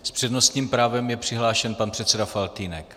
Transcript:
S přednostním právem je přihlášen pan předseda Faltýnek.